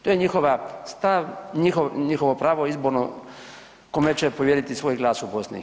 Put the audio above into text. To je njihov stav, njihovo pravo izborno kome će povjeriti svoj glas u BiH.